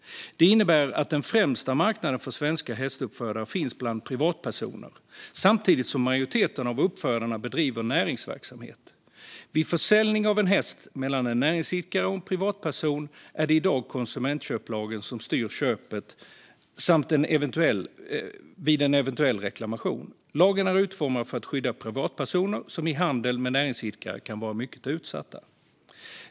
Det innebär att den främsta marknaden för svenska hästuppfödare finns bland privatpersoner, samtidigt som majoriteten av uppfödarna bedriver näringsverksamhet. Vid försäljning av en häst mellan en näringsidkare och en privatperson är det i dag konsumentköplagen som styr köpet vid en eventuell reklamation. Lagen är utformad för att skydda privatpersoner som i handel med näringsidkare kan vara mycket utsatta.